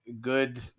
good